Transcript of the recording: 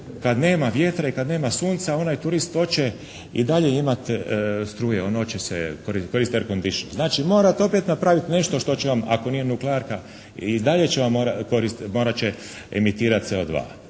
kada nema vjetra i kada nema sunca onaj turist hoće i dalje imati struje, on hoće koristiti air conditioner, znači morate opet napraviti nešto što će vam ako nije nuklearka i dalje će morati emitirat CO2.